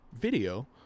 video